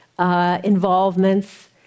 Involvements